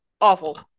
awful